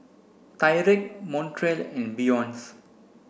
Tyrek Montrell and Beyonce